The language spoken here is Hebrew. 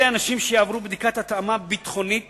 אנשים אלה יעברו בדיקת התאמה ביטחונית